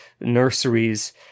nurseries